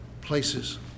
places